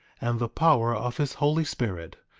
and the power of his holy spirit,